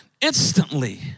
instantly